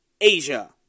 Asia